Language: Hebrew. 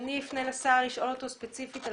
האם אני אפנה לשר לשאול אותו ספציפית על